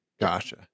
gotcha